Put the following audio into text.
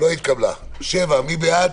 מי בעד